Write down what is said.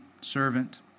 servant